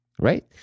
Right